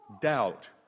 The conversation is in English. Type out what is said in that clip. doubt